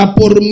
por